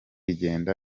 igenda